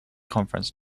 conference